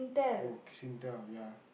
oh Singtel ya